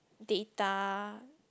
data